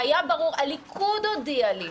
והיה ברור הליכוד הודיע לי,